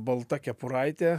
balta kepuraite